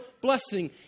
blessing